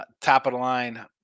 top-of-the-line